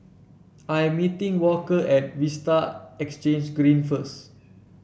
I'm meeting Walker at Vista Exhange Green first